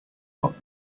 got